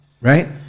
right